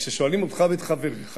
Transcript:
כששואלים אותך ואת חבריך,